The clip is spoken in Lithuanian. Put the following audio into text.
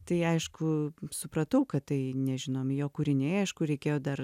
tai aišku supratau kad tai nežinomi jo kūriniai aišku reikėjo dar